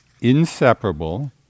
inseparable